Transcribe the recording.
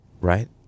Right